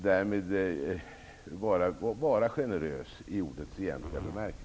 Därmed kan man vara generös, i or dets egentliga bemärkelse.